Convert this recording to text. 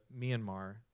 Myanmar